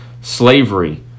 slavery